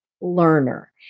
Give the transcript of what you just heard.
learner